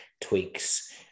tweaks